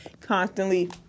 constantly